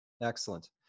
Excellent